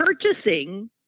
purchasing